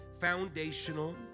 foundational